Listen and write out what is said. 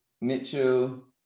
Mitchell